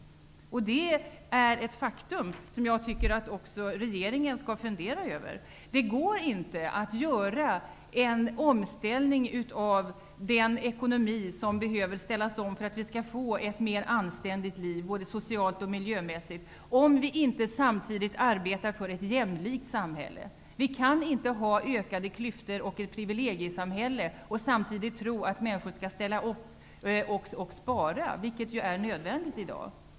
Det är ett faktum som även regeringen borde fundera över. Det går inte att göra en omställning av den ekonomi som behöver ställas om för att vi skall få ett mer anständigt liv både socialt och miljömässigt, om vi inte samtidigt arbetar för ett jämlikt samhälle. Vi kan inte ha ökade klyftor och ett privilegiesamhälle och samtidigt tro att människor skall ställa upp och spara, vilket ju är nödvändigt i dag.